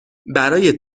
برای